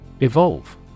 Evolve